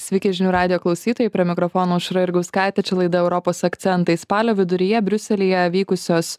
sveiki žinių radijo klausytojai prie mikrofono aušra jurgauskaitė čia laida europos akcentai spalio viduryje briuselyje vykusios